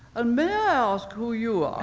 and may i ask who you are?